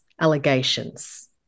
allegations